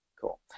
cool